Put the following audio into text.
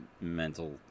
mental